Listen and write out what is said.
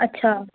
अच्छा